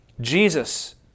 Jesus